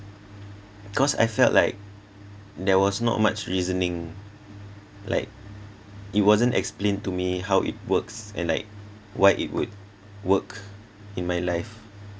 cause I felt like there was not much reasoning like it wasn't explained to me how it works and like why it would work in my life